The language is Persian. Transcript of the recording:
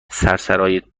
سرسرای